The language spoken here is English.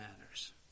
matters